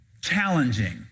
challenging